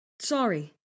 sorry